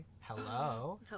hello